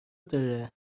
داره